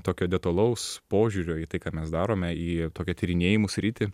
tokio detalaus požiūrio į tai ką mes darome į tokią tyrinėjimų sritį